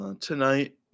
Tonight